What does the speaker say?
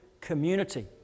community